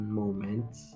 moments